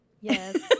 yes